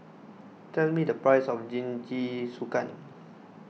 tell me the price of Jingisukan